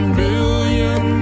billion